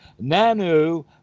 Nanu